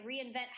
reinvent